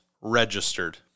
registered